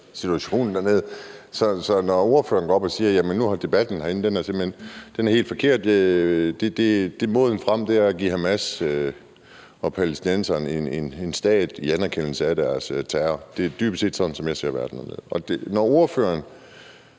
situationen dernede. Ordføreren går op og siger, at debatten herinde simpelt hen er helt forkert, og at vejen frem er at give Hamas og palæstinenserne en stat i anerkendelse af deres terror. Det er dybest set sådan, som jeg ser verden dernede.